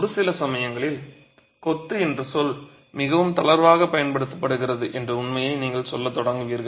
ஒரு சில சமயங்களில் கொத்து என்ற சொல் மிகவும் தளர்வாகப் பயன்படுத்தப்படுகிறது என்ற உண்மையை நீங்கள் சொல்லத் தொடங்குவீர்கள்